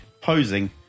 posing